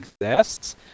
exists